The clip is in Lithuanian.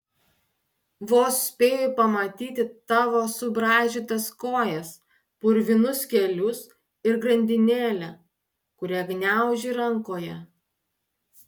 vos spėju pamatyti tavo subraižytas kojas purvinus kelius ir grandinėlę kurią gniauži rankoje